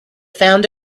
found